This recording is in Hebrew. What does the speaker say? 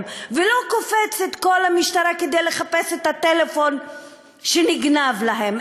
ולא קופצת כל המשטרה כדי לחפש את הטלפון שנגנב להם,